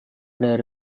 dari